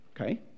okay